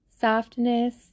softness